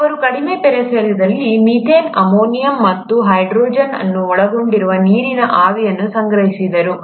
ಅವರು ಕಡಿಮೆ ಪರಿಸರದಲ್ಲಿ ಮೀಥೇನ್ ಅಮೋನಿಯಾ ಮತ್ತು ಹೈಡ್ರೋಜನ್ ಅನ್ನು ಒಳಗೊಂಡಿರುವ ನೀರಿನ ಆವಿಯನ್ನು ಸಂಗ್ರಹಿಸಿದರು